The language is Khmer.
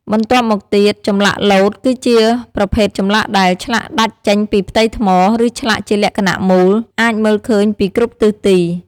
បន្ទាប់់មកទៀត ចម្លាក់លោត គឺជាប្រភេទចម្លាក់ដែល ឆ្លាក់ដាច់ចេញពីផ្ទៃថ្ម ឬឆ្លាក់ជាលក្ខណៈមូល អាចមើលឃើញពីគ្រប់ទិសទី។